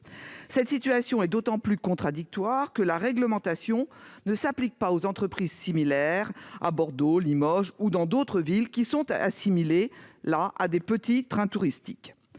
telle situation est d'autant plus contradictoire que la réglementation ne s'applique pas aux entreprises similaires à Bordeaux, Limoges ou d'autres villes, où les véhicules concernés sont assimilés à de petits trains touristiques.